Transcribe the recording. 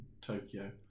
Tokyo